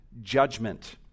judgment